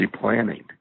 planning